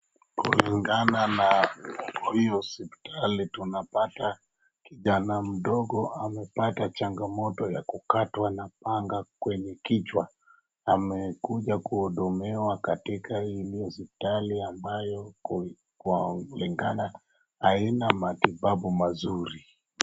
Kulingana na hii hosiptali tunapata kijana mdogo amepata changamoto ya kukatwa na panga kwenye kichwa, amekuja kuhudumiwa katika hili hosiptali ambayo kulingana haina matibabu mazuri.